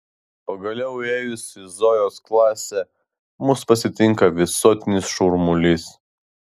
pagaliau įėjus į zojos klasę mus pasitinka visuotinis šurmulys